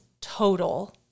total